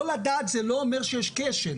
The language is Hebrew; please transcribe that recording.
לא לדעת זה לא אומר שיש כשל,